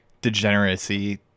degeneracy